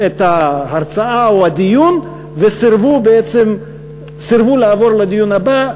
את ההרצאה או הדיון וסירבו לעבור לדיון הבא.